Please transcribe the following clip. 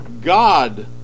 God